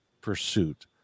pursuit